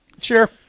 Sure